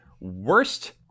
worst